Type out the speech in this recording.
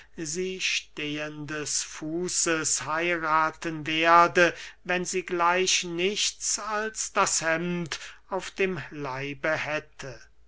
sie stehendes fußes heirathen werde wenn sie gleich nichts als das hemd auf dem leibe hätte